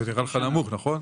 זה נראה לך נמוך, נכון?